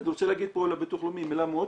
ואני רוצה להגיד פה על הביטוח הלאומי מילה מאוד